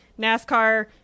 NASCAR